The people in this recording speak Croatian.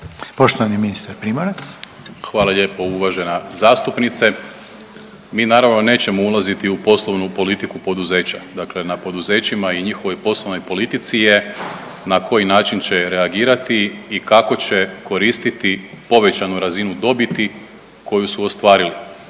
Poštovani ministar Primorac. **Primorac, Marko** Hvala lijepo uvažena zastupnice. Mi naravno nećemo ulaziti u poslovnu politiku poduzeća. Dakle, na poduzećima i njihovoj poslovnoj politici je na koji način će reagirati i kako će koristiti povećanu razinu dobiti koju su ostvarili.